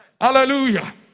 Hallelujah